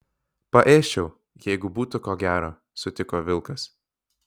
paėsčiau jeigu būtų ko gero sutiko vilkas